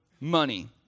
money